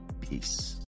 peace